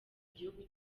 igihugu